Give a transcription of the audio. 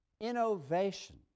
innovation